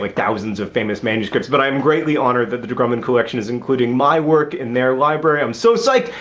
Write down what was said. like thousands of famous manuscripts, but i am greatly honored that the de grummond collection is including my work in their library. i'm so psyched!